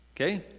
okay